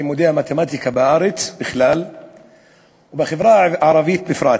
לימודי המתמטיקה בארץ בכלל ובחברה הערבית בפרט.